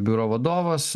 biuro vadovas